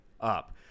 up